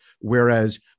Whereas